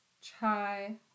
chai